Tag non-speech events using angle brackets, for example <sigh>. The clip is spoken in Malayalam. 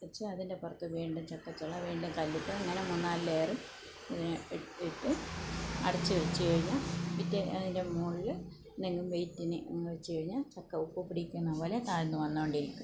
വെച്ച് അതിൻ്റെ പുറത്ത് വീണ്ടും ചക്കച്ചുള വീണ്ടും കല്ലുപ്പ് അങ്ങനെ മൂന്നാല് ലയർ <unintelligible> ഇട്ടിട്ട് അടച്ച് വെച്ച് കഴിഞ്ഞാൽ പിറ്റേ അതിൻ്റെ മുകളിൽ എന്തെങ്കിലും വെയ്റ്റിന് ഇങ്ങനെ വച്ച് കഴിഞ്ഞാൽ ചക്ക ഉപ്പ് പിടിക്കുന്ന പോലെ താഴ്ന്നു വന്നുകൊണ്ടിരിക്കും